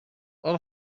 all